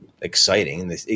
exciting